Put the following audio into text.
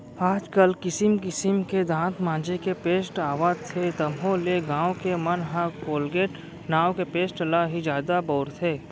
आज काल किसिम किसिम के दांत मांजे के पेस्ट आवत हे तभो ले गॉंव के मन ह कोलगेट नांव के पेस्ट ल ही जादा बउरथे